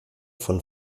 von